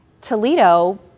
Toledo